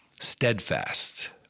Steadfast